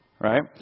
right